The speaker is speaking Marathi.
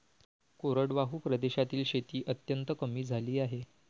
कोरडवाहू प्रदेशातील शेती अत्यंत कमी झाली आहे